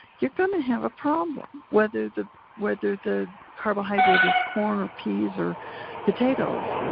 you're gonna have a problem, whether the whether the carbohydrate is corn or peas or potatoes.